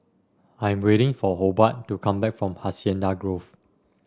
I am waiting for Hobart to come back from Hacienda Grove